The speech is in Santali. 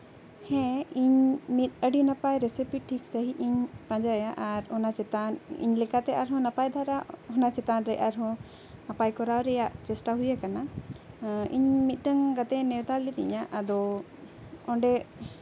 ᱦᱮᱸ ᱤᱧ ᱢᱤᱫ ᱟᱹᱰᱤ ᱱᱟᱯᱟᱭ ᱨᱮᱥᱤᱯᱤ ᱴᱷᱤᱠ ᱥᱟᱺᱦᱤᱡ ᱤᱧ ᱯᱟᱸᱡᱟᱭᱟ ᱟᱨ ᱚᱱᱟ ᱪᱮᱛᱟᱱ ᱤᱧ ᱞᱮᱠᱟᱛᱮ ᱟᱨᱦᱚᱸ ᱱᱟᱯᱟᱭ ᱫᱷᱟᱨᱟ ᱚᱱᱟ ᱪᱮᱛᱟᱱ ᱨᱮ ᱟᱨᱦᱚᱸ ᱱᱟᱯᱟᱭ ᱠᱚᱨᱟᱣ ᱨᱮᱱᱟᱜ ᱪᱮᱥᱴᱟ ᱦᱩᱭ ᱟᱠᱟᱱᱟ ᱤᱧ ᱢᱤᱫᱴᱟᱱ ᱜᱟᱛᱮ ᱱᱮᱣᱛᱟ ᱞᱤᱫᱤᱧᱟ ᱟᱫᱚ ᱚᱸᱰᱮ